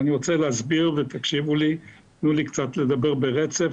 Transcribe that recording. אני רוצה להסביר, תנו לי לדבר ברצף